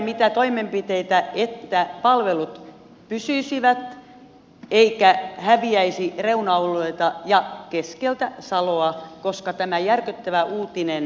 mitä toimenpiteitä hallitus aikoo tehdä että palvelut pysyisivät eivätkä häviäisi reuna alueilta ja keskeltä saloa koska tämä järkyttävä uutinen varmaan voi sen aiheuttaa